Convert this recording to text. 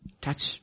touch